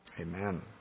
Amen